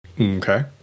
Okay